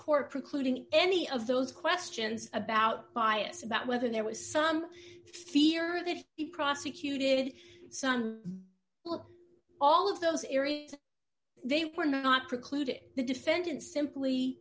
court precluding any of those questions about bias about whether there was some fear of if he prosecuted son well all of those areas they were not precluded the defendant simply